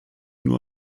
nur